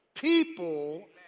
People